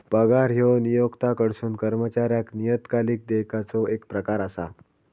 पगार ह्यो नियोक्त्याकडसून कर्मचाऱ्याक नियतकालिक देयकाचो येक प्रकार असा